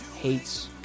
hates